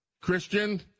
Christian